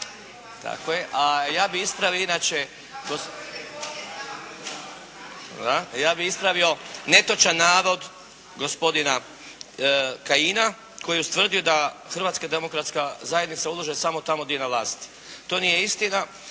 inače, ja bih ispravio netočan navod gospodina Kajina koji je ustvrdio da Hrvatska demokratska zajednica ulaže samo tamo gdje je na vlasti. To nije istina.